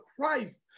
Christ